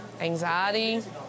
anxiety